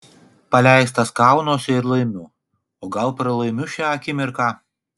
paleistas kaunuosi ir laimiu o gal pralaimiu šią akimirką